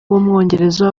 w’umwongereza